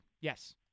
yes